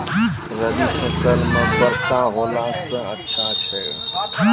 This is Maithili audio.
रवी फसल म वर्षा होला से अच्छा छै?